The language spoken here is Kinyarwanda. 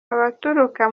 abaturuka